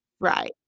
right